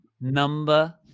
Number